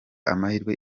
amahirwe